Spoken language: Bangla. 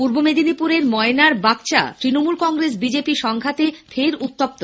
পূর্ব মেদিনীপুরের ময়নার বাকচা তৃণমূল কংগ্রেস বিজেপি সংঘাতে ফের উত্তপ্ত